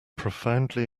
profoundly